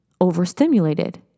overstimulated